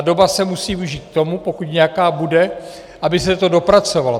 Doba se musí využít k tomu, pokud nějaká bude, aby se to dopracovalo.